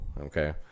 okay